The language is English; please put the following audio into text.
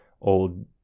old